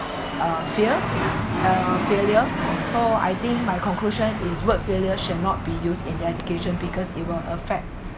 uh fear uh failure so I think my conclusion is word failure should not be used in their education because it will affect